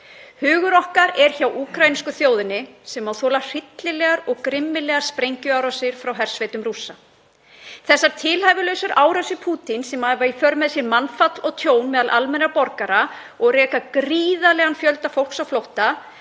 Hugur okkar er hjá úkraínsku þjóðinni sem má þola hryllilegar og grimmilegar sprengjuárásir frá hersveitum Rússa. Þessar tilhæfulausu árásir Pútíns, sem hafa í för með sér mannfall og tjón meðal almennra borgara og reka gríðarlegan fjölda fólks á flótta,